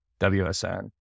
WSN